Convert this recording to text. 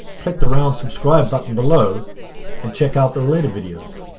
click the round subscribe button below and check out the related videos.